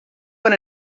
what